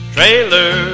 Trailer